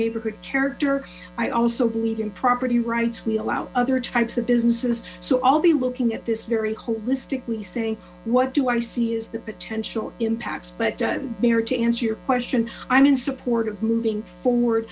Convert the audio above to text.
neighborhood character i also believe in property rights we allow other types of businesses so i'll be looking at this very holistically saying what do i see as the potential impacts but mayor to answer your question i'm in support of moving forward